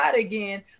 again